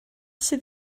sydd